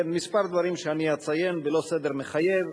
יש כמה דברים שאני אציין ללא סדר מחייב.